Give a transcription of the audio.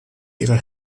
ihre